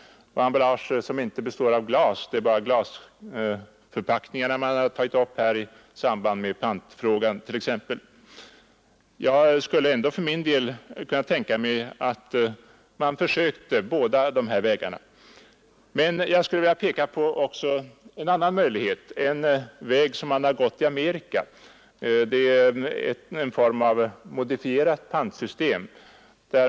Det rör sig där också om andra material än glas. Jag skulle ändock kunna tänka mig att man försökte båda de vägar som anvisas i motionerna. Men vi skulle också såsom man gör i USA kunna införa ett modifierat pantsystem.